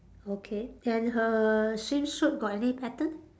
okay and her swimsuit got any pattern